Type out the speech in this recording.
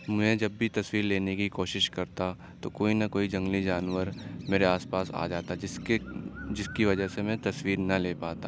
میں جب بھی تصویر لینے کی کوشش کرتا تو کوئی نہ کوئی نہ جنگلی جانور میرے آس پاس آ جاتا جس کے جس کی وجہ سے میں تصویر نہ لے پاتا